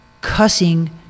cussing